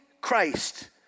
Christ